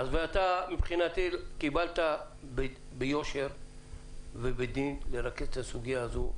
אתה מבחינתי קיבלת ביושר ובדין לרכז את הסוגיה הזאת.